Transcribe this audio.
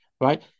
right